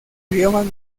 idiomas